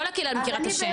כל הקהילה מכירה את השם.